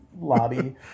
lobby